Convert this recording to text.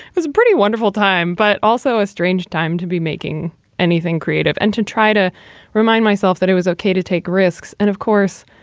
was pretty wonderful time, but also a strange time to be making anything creative and to try to remind myself that it was okay to take risks. and of course,